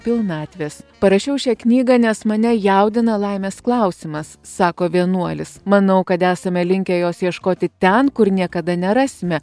pilnatvės parašiau šią knygą nes mane jaudina laimės klausimas sako vienuolis manau kad esame linkę jos ieškoti ten kur niekada nerasime